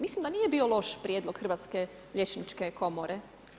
Mislim da nije bio loš prijedlog Hrvatske liječničke komore.